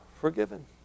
forgiven